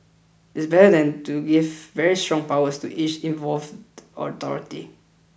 it's better than to give very strong powers to each involved authority